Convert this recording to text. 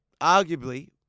arguably